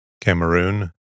Cameroon